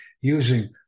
using